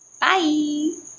Bye